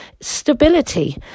stability